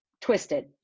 twisted